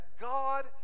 God